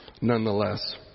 nonetheless